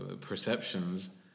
perceptions